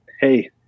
hey